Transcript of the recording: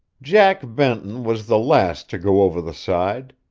jack benton was the last to go over the side,